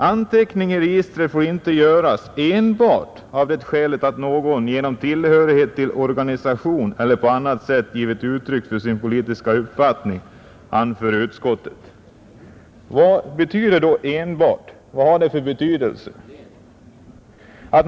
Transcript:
”Anteckning i registret får icke göras enbart av det skälet att någon genom tillhörighet till organisation eller på annat sätt givit uttryck för politisk uppfattning”, anför utskottet. Vad har då ordet ”enbart” för innebörd?